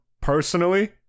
personally